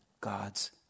God's